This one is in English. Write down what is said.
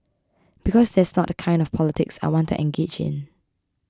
because that's not the kind of the politics I want to engage in